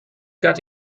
got